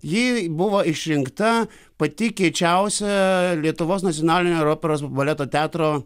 ji buvo išrinkta pati kiečiausia lietuvos nacionalinio ir operos baleto teatro